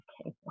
okay